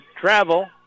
travel